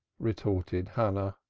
retorted hannah.